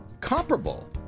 comparable